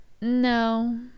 no